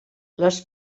les